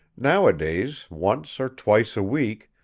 nowadays, once or twice a week,